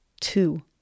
two